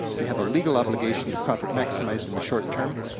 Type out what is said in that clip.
they have a legal obligation to profit maximize in the short-term.